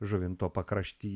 žuvinto pakrašty